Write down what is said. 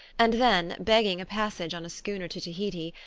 and then, begging a passage on a schooner to tahiti,